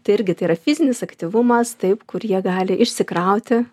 tai irgi tai yra fizinis aktyvumas taip kur jie gali išsikrauti